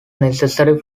necessary